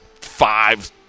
five